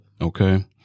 Okay